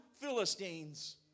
Philistines